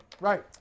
Right